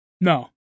No